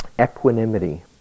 equanimity